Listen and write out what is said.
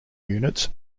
units